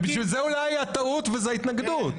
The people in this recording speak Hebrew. זה בשביל זה אולי הטעות וזו ההתנגדות.